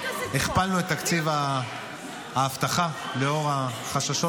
הכפלנו את תקציב האבטחה לנוכח החששות